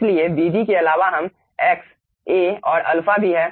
इसलिए vg के अलावा हम x a और अल्फ़ा भी हैं